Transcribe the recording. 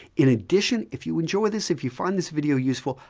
in addition, if you enjoy this, if you find this video useful,